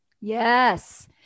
Yes